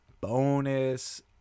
bonus